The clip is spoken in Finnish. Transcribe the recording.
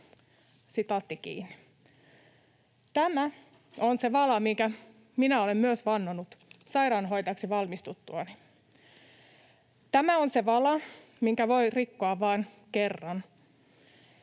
Tämä on se vala, minkä myös minä olen vannonut sairaanhoitajaksi valmistuttuani. Tämä on se vala, minkä voi rikkoa vain kerran.